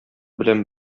белән